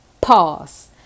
pause